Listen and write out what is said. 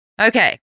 Okay